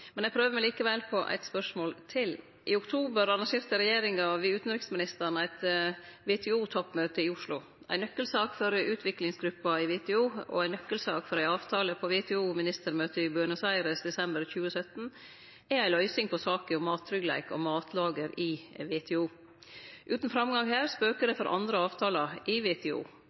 Men eg prøver meg likevel på eit spørsmål til. I oktober arrangerte regjeringa ved utanriksministeren eit WTO-toppmøte i Oslo. Ei nøkkelsak for utviklingsgruppa i WTO og ei nøkkelsak for ei avtale på WTO-ministermøtet i Buenos Aires i desember 2017, er ei løysing på saka om mattryggleik og matlager i WTO. Utan framgang her spøkjer det for andre avtaler i